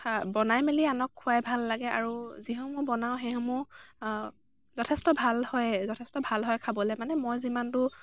বনাই মেলি আনক খুৱাই ভাল লাগে আৰু যিসমূহ বনাওঁ আৰু সেইসমূহ যথেষ্ট ভাল হয় যথেষ্ট ভাল হয় খাবলৈ মানে মই যিমানদূৰ